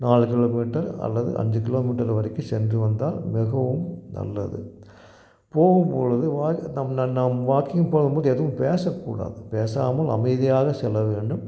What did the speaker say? நாலு கிலோமீட்டர் அல்லது அஞ்சு கிலோமீட்டர் வரைக்கும் சென்று வந்தால் மிகவும் நல்லது போகும்பொழுது வா நம் நன் நாம் வாக்கிங் போகும்போது எதுவும் பேசக்கூடாது பேசாமல் அமைதியாகச் செல்ல வேண்டும்